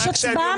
יש הצבעה מחר.